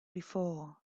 before